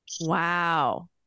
Wow